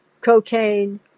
cocaine